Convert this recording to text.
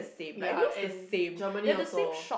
ya and Germany also